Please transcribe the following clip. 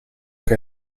che